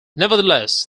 nevertheless